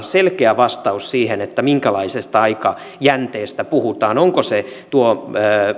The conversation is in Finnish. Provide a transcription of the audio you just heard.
selkeä vastaus siihen minkälaisesta aikajänteestä puhutaan onko se tuo